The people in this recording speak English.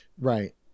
Right